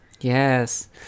Yes